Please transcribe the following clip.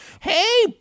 Hey